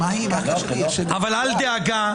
אבל אל דאגה,